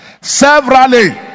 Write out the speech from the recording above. severally